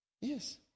yes